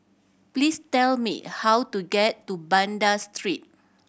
please tell me how to get to Banda Street